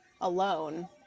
alone